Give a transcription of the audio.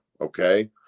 okay